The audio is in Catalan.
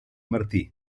martí